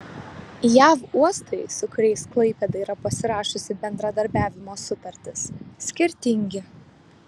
jav uostai su kuriais klaipėda yra pasirašiusi bendradarbiavimo sutartis skirtingi